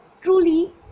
truly